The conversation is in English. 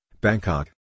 Bangkok